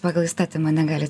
pagal įstatymą negali